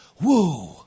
woo